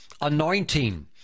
anointing